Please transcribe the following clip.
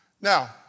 Now